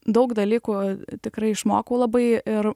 daug dalykų tikrai išmokau labai ir